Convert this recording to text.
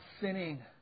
sinning